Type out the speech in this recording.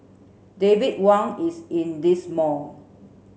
David Wang is in this mall